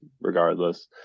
regardless